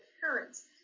parents